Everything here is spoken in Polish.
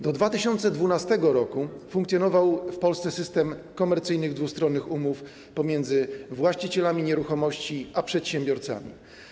Do 2012 r. funkcjonował w Polsce system komercyjnych dwustronnych umów pomiędzy właścicielami nieruchomości a przedsiębiorcami.